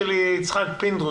(נושא דברים בשפה האנגלית,